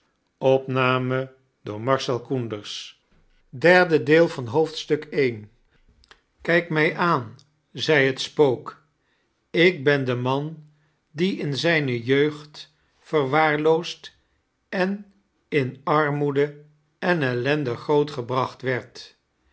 kijk mij aan zei het spook ik ben de man die in zijne jeaigd verwaarloosd en in armoede en ellende gcootgebraoht werd